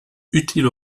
utile